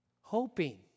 hoping